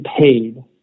paid